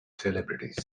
celebrities